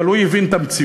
אבל הוא הבין את המציאות,